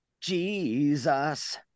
Jesus